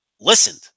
listened